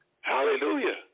Hallelujah